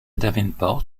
davenport